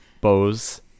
bose